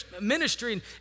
ministry